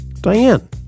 Diane